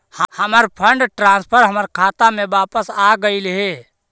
हमर fund transfer हमर खाता में वापस आगईल हे